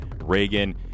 Reagan